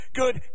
good